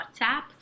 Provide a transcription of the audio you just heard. WhatsApp